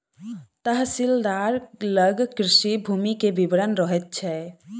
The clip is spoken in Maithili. तहसीलदार लग कृषि भूमि के विवरण रहैत छै